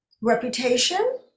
Reputation